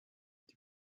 die